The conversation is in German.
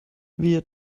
wir